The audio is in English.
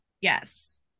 Yes